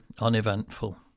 uneventful